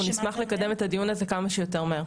אנחנו נשמח לקדם את הדיון הזה כמה שיותר מהר.